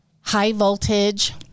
high-voltage